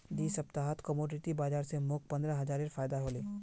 दी सप्ताहत कमोडिटी बाजार स मोक पंद्रह हजारेर फायदा हले